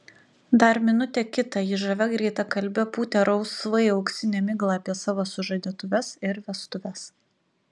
dar minutę kitą ji žavia greitakalbe pūtė rausvai auksinę miglą apie savo sužadėtuves ir vestuves